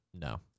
no